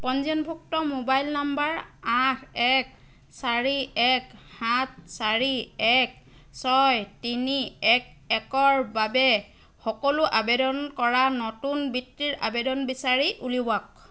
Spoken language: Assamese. পঞ্জীয়নভুক্ত ম'বাইল নাম্বাৰ আঠ এক চাৰি এক সাত চাৰি এক ছয় তিনি এক একৰ বাবে সকলো আবেদন কৰা নতুন বৃত্তিৰ আবেদন বিচাৰি উলিয়াওক